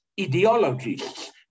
ideologies